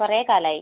കുറേ കാലമായി